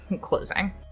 closing